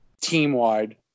team-wide